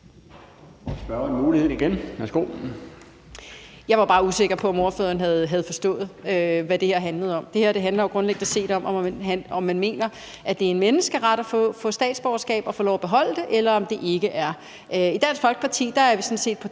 Jeg var bare usikker på, om ordføreren havde forstået, hvad det her handlede om. Det her handler grundlæggende set om, om man mener, at det er en menneskeret at få statsborgerskab og få lov at beholde det, eller om det ikke er. I Dansk Folkeparti er vi sådan set på